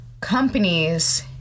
companies